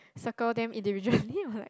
circle them individually or like